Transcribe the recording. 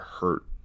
hurt